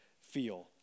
feel